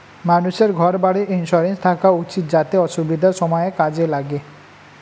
মানুষের ঘর বাড়ির ইন্সুরেন্স থাকা উচিত যাতে অসুবিধার সময়ে কাজে লাগে